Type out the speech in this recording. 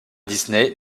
disney